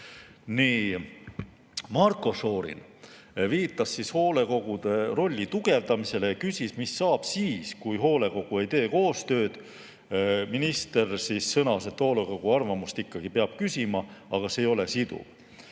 Marko Šorin viitas hoolekogude rolli tugevdamisele ja küsis, mis saab siis, kui hoolekogu ei tee koostööd. Minister sõnas, et hoolekogu arvamust peab siiski küsima, aga see ei ole siduv.